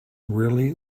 really